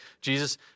Jesus